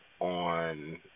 on